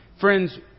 Friends